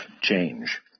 change